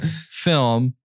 Film